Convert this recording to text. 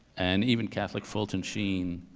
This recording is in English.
and even catholic, fulton sheen,